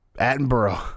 Attenborough